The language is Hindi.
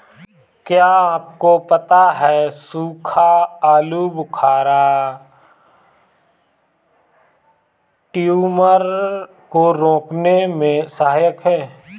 क्या आपको पता है सूखा आलूबुखारा ट्यूमर को रोकने में सहायक है?